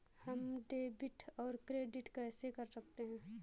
हम डेबिटऔर क्रेडिट कैसे कर सकते हैं?